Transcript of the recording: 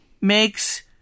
makes